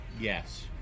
Yes